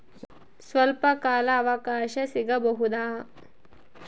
ಸ್ವಲ್ಪ ಕಾಲ ಅವಕಾಶ ಸಿಗಬಹುದಾ?